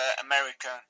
American